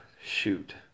shoot